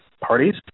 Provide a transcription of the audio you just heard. parties